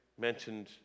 mentioned